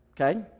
Okay